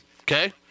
okay